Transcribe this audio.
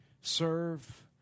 serve